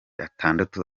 atandatu